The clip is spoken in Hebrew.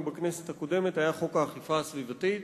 בכנסת הקודמת היה חוק האכיפה הסביבתית,